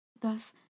Thus